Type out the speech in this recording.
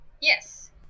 Yes